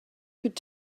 could